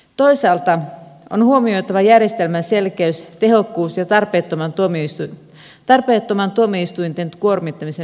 toisaalta on huomioitava järjestelmän selkeys tehokkuus ja tarpeettoman tuomioistuinten kuormittamisen välttäminen